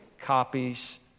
copies